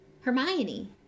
Hermione